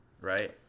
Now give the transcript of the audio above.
right